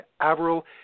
Averill